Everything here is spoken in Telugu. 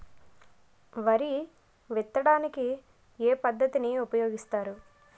వరి విత్తడానికి ఏ పద్ధతిని ఉపయోగిస్తారు?